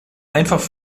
einfach